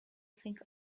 think